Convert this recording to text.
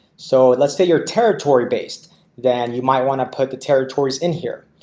so let's say your territory based then you might want to put the territories in here.